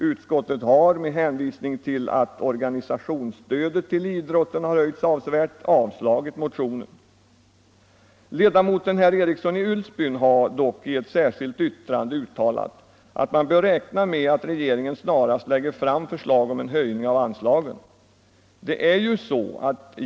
Utskottet har — med hänvisning till att organisationsstödet till idrotten höjts avsevärt — avstyrkt motionen. Utskottsledamoten herr Eriksson i Ulfsbyn har dock i ett särskilt yttrande uttalat att man bör kunna räkna med att regeringen snarast lägger fram förslag om en höjning av anslagen.